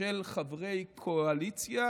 של חברי קואליציה